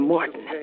Martin